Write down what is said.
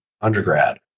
undergrad